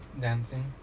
Dancing